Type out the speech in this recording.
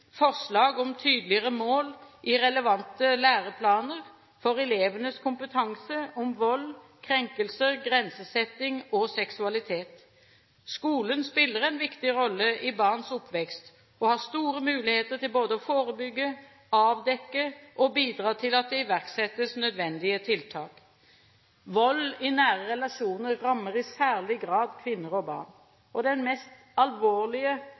forslag om tydeligere mål i relevante læreplaner for elevenes kompetanse om vold, krenkelser, grensesetting og seksualitet. Skolen spiller en viktig rolle i barns oppvekst og har store muligheter til både å forebygge, å avdekke og å bidra til at det iverksettes nødvendige tiltak. Vold i nære relasjoner rammer i særlig grad kvinner og barn. Den mest alvorlige